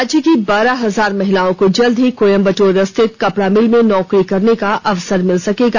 राज्य की बारह हजार महिलाओं को जल्द ही कोयम्बट्र स्थित कपड़ा मिल में नौकरी करने का अवसर मिल सकेगा